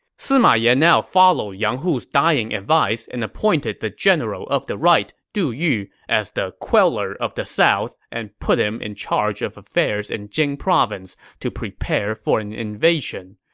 sima yan now followed yang hu's dying advice and appointed the general of the right, du yu, as the queller of the south and put him in charge of affairs in jing province to prepare for an invasion.